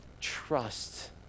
trust